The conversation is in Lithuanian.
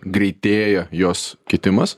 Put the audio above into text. greitėja jos kitimas